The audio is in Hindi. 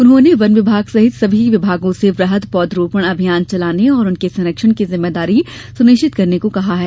उन्होंने वन विभाग सहित सभी विभागों से वृहद पौध रोपण अभियान चलाने और उनके संरक्षण की ज़िम्मेदारी सुनिश्चित करने को कहा है